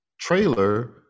trailer